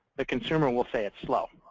the consumer will say it's slow.